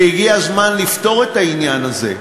והגיע הזמן לפתור את העניין הזה.